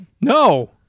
No